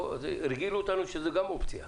הרגילו אותנו שגם זאת אופציה.